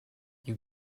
you